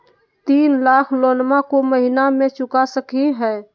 तीन लाख लोनमा को महीना मे चुका सकी हय?